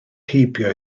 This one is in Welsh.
heibio